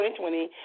2020